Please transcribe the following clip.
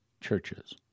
churches